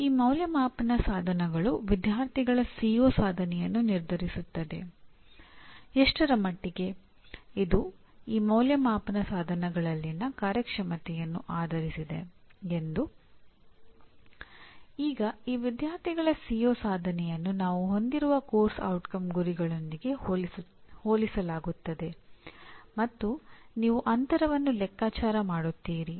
ಮತ್ತು ಈ ಅಂದಾಜುವಿಕೆಯ ಸಾಧನಗಳು ವಿದ್ಯಾರ್ಥಿಗಳ ಸಿಒ ಸಾಧನೆಯನ್ನು ನಾವು ಹೊಂದಿರುವ ಪಠ್ಯಕ್ರಮದ ಪರಿಣಾಮದ ಗುರಿಗಳೊಂದಿಗೆ ಹೋಲಿಸಲಾಗುತ್ತದೆ ಮತ್ತು ನೀವು ಅಂತರವನ್ನು ಲೆಕ್ಕಾಚಾರ ಮಾಡುತ್ತೀರಿ